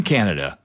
Canada